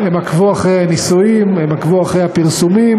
הם עקבו אחרי הניסויים, הם עקבו אחרי הפרסומים,